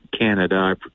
Canada